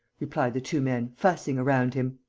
replied the two men, fussing around him.